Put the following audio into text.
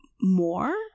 more